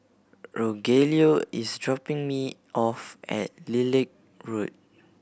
Rogelio is dropping me off at Lilac Road